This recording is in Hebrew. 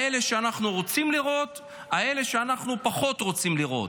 אלה שאנחנו רוצים לראות ואלה שאנחנו פחות רוצים לראות.